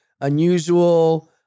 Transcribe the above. unusual